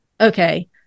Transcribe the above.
okay